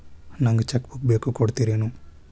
ನಂಗ cheque book ಬೇಕು ಕೊಡ್ತಿರೇನ್ರಿ?